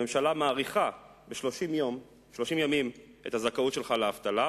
הממשלה מאריכה ב-30 ימים את הזכאות שלך לדמי אבטלה,